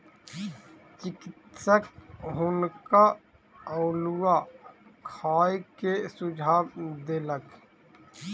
चिकित्सक हुनका अउलुआ खाय के सुझाव देलक